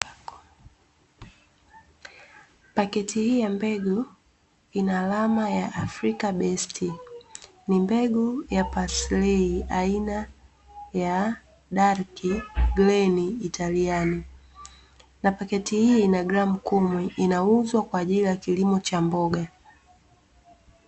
Pakiti hii ya mbegu ina alama ya "AFRICA BEST" ni mbegu ya "PASLAY" aina ya "DARKEY GLEN ITALIAN", na paketi hii ina gramu kumi inauzwa kwa ajili ya kilimo cha mboga.